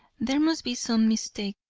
there must be some mistake,